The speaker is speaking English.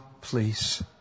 please